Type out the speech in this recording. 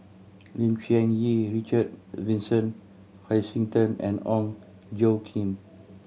Lim Cherng Yih Richard Vincent Hoisington and Ong Tjoe Kim